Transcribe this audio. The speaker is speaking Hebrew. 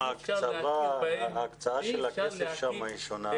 גם ההקצאה של הכסף שם היא שונה.